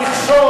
יש להם בית.